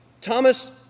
Thomas